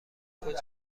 کجا